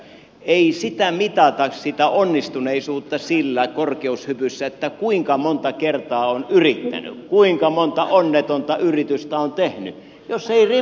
ei sitä onnistuneisuutta mitata korkeushypyssä sillä kuinka monta kertaa on yrittänyt kuinka monta onnetonta yritystä on tehnyt jos ei rima ylity